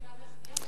כן.